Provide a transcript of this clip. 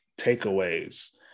takeaways